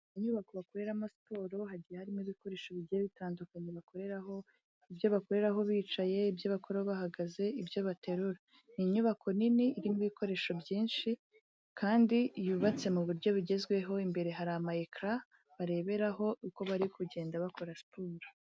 Inyubako bakoreramo siporo hagiye harimo ibikoresho bigiye bitandukanye bakoreraho, ibyo bakoreraho bicaye, ibyo bakoreraho bahagaze, ibyo baterura, ni inyubako nini irimo ibikoresho byinshi kandi yubatse mu buryo bugezweho, imbere hari ama ekara bareberaho uko bari kugenda bakora siporo.